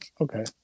Okay